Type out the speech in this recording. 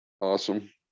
Awesome